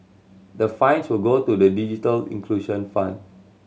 the fines will go to the digital inclusion fund